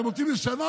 אתם רוצים לשנות?